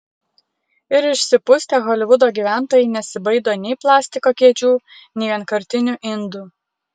ir išsipustę holivudo gyventojai nesibaido nei plastiko kėdžių nei vienkartinių indų